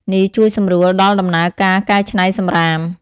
នេះជួយសម្រួលដល់ដំណើរការកែច្នៃសំរាម។